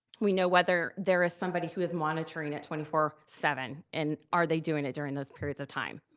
we know whether there is somebody who is monitoring it twenty four seven. and are they doing it during those periods of time?